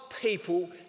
people